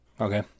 Okay